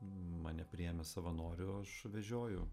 mane priėmė savanoriu aš vežioju